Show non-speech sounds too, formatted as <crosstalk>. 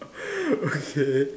<laughs> okay